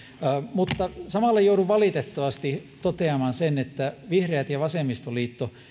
mutta samalla joudun valitettavasti toteamaan sen että vihreät ja vasemmistoliitto